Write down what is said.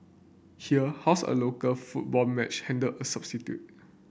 here how's a local football match handled a substitute